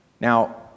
Now